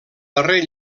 darrer